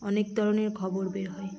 অনেক ধরনের খবর বের হয়